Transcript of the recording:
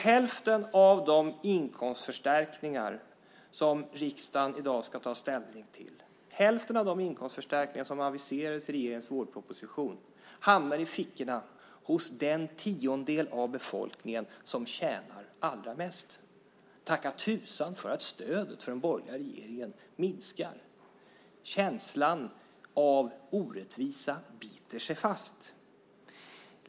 Hälften av de inkomstförstärkningar som riksdagen i dag ska ta ställning till och som aviseras i regeringens vårproposition hamnar i fickorna hos den tiondel av befolkningen som tjänar allra mest. Tacka tusan för att stödet för den borgerliga regeringen minskar! Känslan av orättvisa biter sig fast.